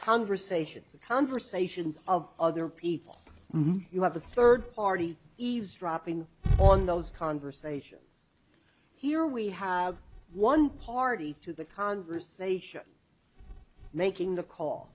conversations the conversations of other people you have a third party eavesdropping on those conversations here we have one party to the conversation making the call